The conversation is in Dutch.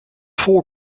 vol